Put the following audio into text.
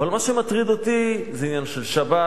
אבל מה שמטריד אותי זה עניין של שבת